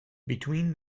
between